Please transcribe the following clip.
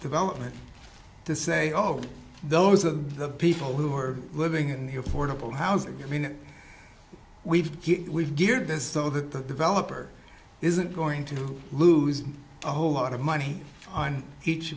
development to say oh those are the people who are living in the affordable housing you're mean we've we've geared this so that the developer isn't going to lose a whole lot of money on each